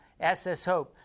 sshope